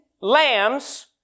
lambs